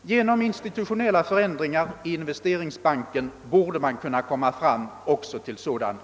Genom institutionella förändringar i Investeringsbanken borde man också här komma fram till sådan öppenhet.